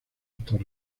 estos